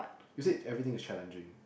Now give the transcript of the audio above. you said everything is challenging